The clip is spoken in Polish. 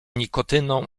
nikotyną